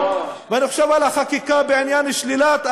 ואני חושב על החקיקה בעניין שלילת,